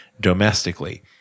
domestically